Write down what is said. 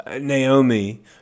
Naomi